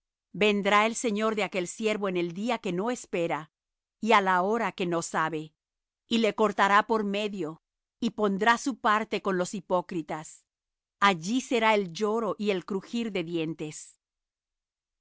vendrá el señor de aquel siervo en el día que no espera y á la hora que no sabe y le cortará por medio y pondrá su parte con los hipócritas allí será el lloro y el crujir de dientes